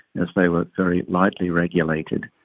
as they were very lightly regulated.